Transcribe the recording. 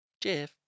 Jeff